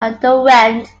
underwent